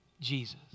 Jesus